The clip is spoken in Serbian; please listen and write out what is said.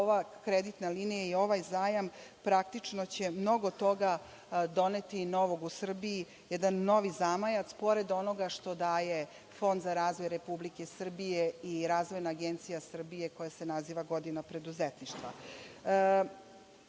ova kreditna linija i ovaj zajam praktično će mnogo toga novog doneti u Srbiju, jedan novi zamajac, pored onoga što daje Fond za razvoj Republike Srbije i Razvojna agencija Srbije, koja se naziva „Godina preduzetništva“.Ova